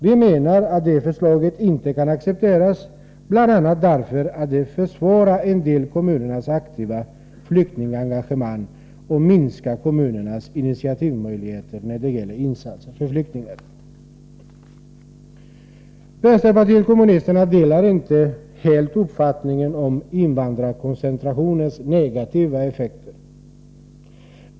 Vi menar att det förslaget inte kan accepteras, bl.a. därför att det försvårar en del kommuners aktiva flyktingengagemang och minskar kommunernas initiativmöjligheter när det gäller insatser för flyktingar. Vänsterpartiet kommunisterna delar inte helt uppfattningen om invandrarkoncentrationens negativa effekter.